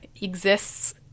exists